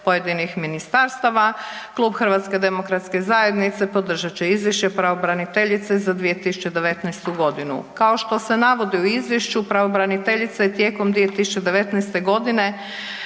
pojedinih ministarstava. Klub HDZ-a podržat će izvješće pravobraniteljice za 2019.g. Kao što se navodi u izvješću pravobraniteljica je tijekom 2019.g.